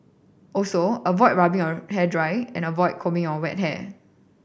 also avoid rubbing your hair dry and avoid combing on wet hair